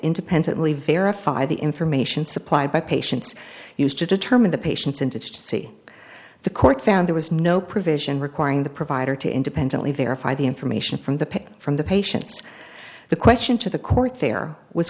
independently verify the information supplied by patients used to determine the patients and to see the court found there was no provision requiring the provider to independently verify the information from the period from the patients the question to the court there was